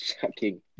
Shocking